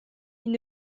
ils